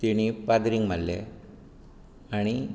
तेंणी पाद्रींक मारले आनी